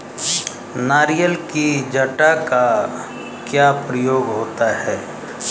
नारियल की जटा का क्या प्रयोग होता है?